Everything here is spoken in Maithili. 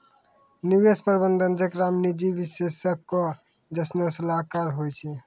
निवेश प्रबंधन जेकरा मे निजी निवेशको जैसनो सलाहकार होय छै